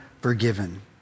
forgiven